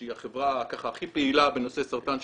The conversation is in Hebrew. שהיא החברה הכי פעילה בנושא סרטן שד,